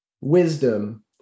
wisdom